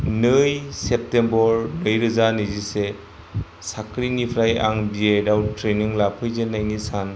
नै सेप्टेम्बर नैरोजा नैजिसे साख्रिनिफ्राय आं बिएद आव ट्रेइनिं लाफैजेननायनि सान